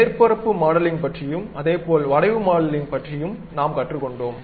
மேற்பரப்பு மாடலிங் பற்றியும் அதேபோல் வளைவு மாடலிங் பற்றியும் நாம் கற்றுக்கொண்டோம்